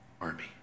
army